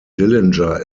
dillinger